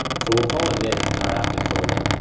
so we'll call init in our app controller,